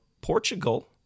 Portugal